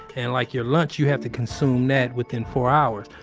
and like your lunch, you have to consume that within four hours,